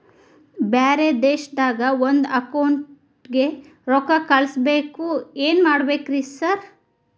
ಬ್ಯಾರೆ ದೇಶದಾಗ ಒಂದ್ ಅಕೌಂಟ್ ಗೆ ರೊಕ್ಕಾ ಕಳ್ಸ್ ಬೇಕು ಏನ್ ಮಾಡ್ಬೇಕ್ರಿ ಸರ್?